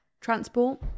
Transport